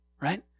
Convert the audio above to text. Right